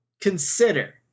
consider